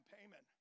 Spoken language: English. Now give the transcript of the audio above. payment